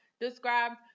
described